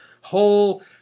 whole